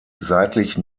seitlich